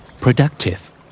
Productive